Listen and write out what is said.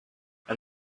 and